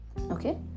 Okay